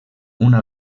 una